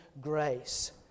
grace